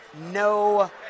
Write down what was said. no